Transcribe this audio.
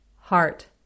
Heart